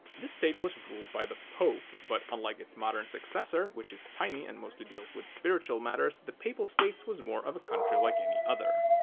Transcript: this state was ruled by the pope, but unlike its modern successor which is tiny and mostly deals with spiritual matters the papal states was more of a country like any other.